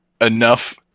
enough